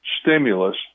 stimulus